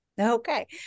Okay